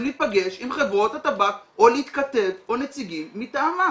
להיפגש עם חברות הטבק או להתכתב או עם נציגים מטעמם.